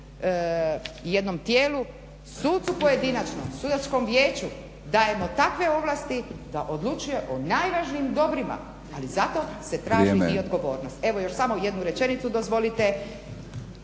jednom tijelu, sucu pojedinačno, sudačkom vijeću dajemo takve ovlasti da odlučuje o najvažnijim dobrima, ali zato se traži i odgovornost. …/Upadica potpredsjednik Batinić: